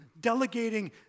delegating